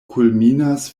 kulminas